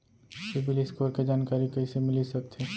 CIBIL score के जानकारी कइसे मिलिस सकथे?